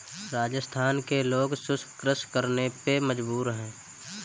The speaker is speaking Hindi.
राजस्थान के लोग शुष्क कृषि करने पे मजबूर हैं